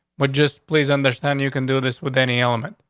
but just please understand. you can do this with any element.